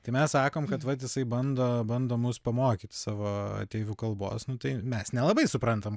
tai mes sakom kad vat jisai bando bando mus pamokyt savo ateivių kalbos nu tai mes nelabai suprantam